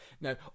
Now